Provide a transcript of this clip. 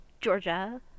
Georgia